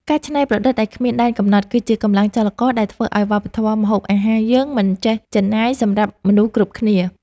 ការច្នៃប្រឌិតដែលគ្មានដែនកំណត់គឺជាកម្លាំងចលករដែលធ្វើឱ្យវប្បធម៌ម្ហូបអាហារយើងមិនចេះជិនណាយសម្រាប់មនុស្សគ្រប់គ្នា។